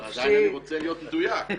אבל עדיין אני רוצה להיות מדויק,